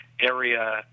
area